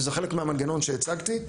וזה חלק מהמנגנון שהצגתי.